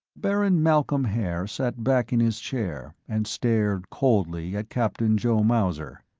baron malcolm haer sat back in his chair and stared coldly at captain joe mauser.